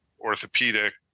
orthopedic